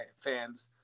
fans